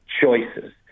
choices